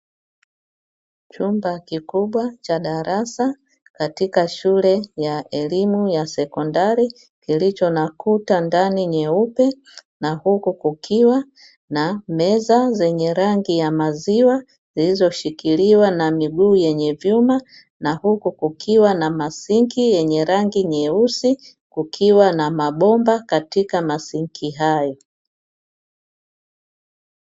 Chumba kikubwa cha darasa katika shule ya elimu ya sekondari, kilicho na kuta ndani nyeupe, na huku kukiwa na meza zenye rangi ya maziwa, zilizoshikiliwa na miguu yenye vyuma, na huku kukiwa na masinki yenye rangi nyeusi, kukiwa na mabomba katika masinki hayo.